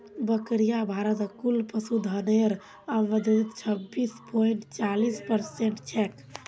बकरियां भारतत कुल पशुधनेर आबादीत छब्बीस पॉइंट चालीस परसेंट छेक